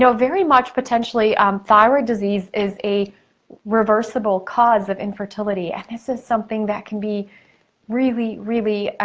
so very much potentially um thyroid disease is a reversible cause of infertility and this is something that can be really, really